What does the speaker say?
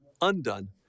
undone